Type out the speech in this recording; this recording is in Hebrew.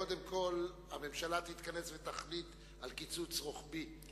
קודם כול הממשלה תתכנס ותחליט על קיצוץ רוחבי,